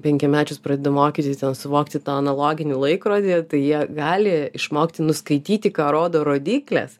penkiamečius pradedu mokyti suvokti tą analoginį laikrodį tai jie gali išmokti nuskaityti ką rodo rodyklės